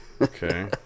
Okay